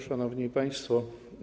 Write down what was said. Szanowni Państwo!